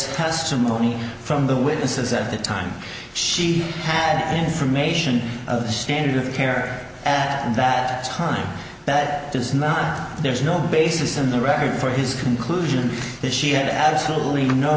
testimony from the witnesses at the time she had information of the standard of care at that time that does not there's no basis in the record for his conclusion that she had absolutely no